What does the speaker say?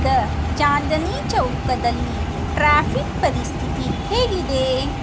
ಈಗ ಚಾಂದಿನಿ ಚೌಕದಲ್ಲಿ ಟ್ರಾಫಿಕ್ ಪರಿಸ್ಥಿತಿ ಹೇಗಿದೆ